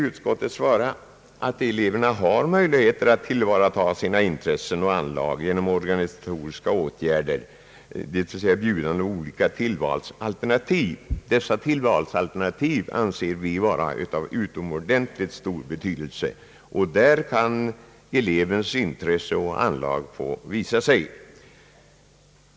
Utskottet anser att eleverna har möjligheter att tillvarata sina intressen och anlag genom organisatoriska åtgärder, dvs. genom att man erbjuder dem olika tillvalsalternativ. Dessa tillvalsalternativ anser vi vara av utomordentligt stor betydelse, och där kan elevens intresse och anlag få visa sig.